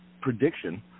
prediction